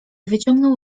wyciągnął